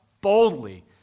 boldly